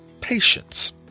patience